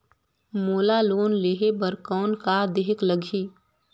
मोला लोन लेहे बर कौन का देहेक लगही?